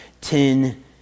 Ten